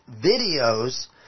videos